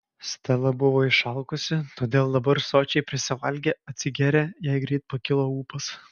stela buvo išalkusi todėl dabar sočiai prisivalgė atsigėrė jai greit pakilo ūpas